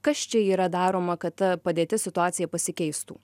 kas čia yra daroma kad ta padėtis situacija pasikeistų